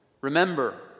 Remember